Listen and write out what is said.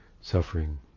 suffering